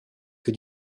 que